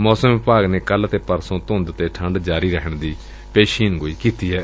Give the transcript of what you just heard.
ਮੌਸਮ ਵਿਭਾਗ ਨੇ ਕੱਲੂ ਅਤੇ ਪਰਸੋ ਧੁੰਦ ਤੇ ਠੰਢ ਜਾਰੀ ਰਹਿਣ ਦੀ ਪੇਸ਼ੀਨਗੋਈ ਕੀਤੀ ਏ